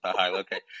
okay